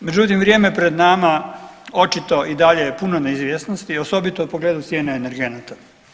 Međutim, vrijeme pred nama očito i dalje je puno neizvjesnosti, osobito u pogledu cijene energenata.